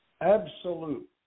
absolute